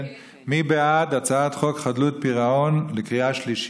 מי בעד הצעת חוק חדלות פירעון ושיקום